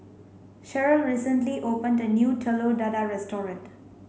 Cherelle recently opened a new Telur Dadah restaurant